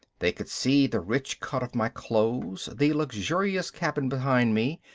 they could see the rich cut of my clothes, the luxurious cabin behind me.